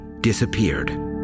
disappeared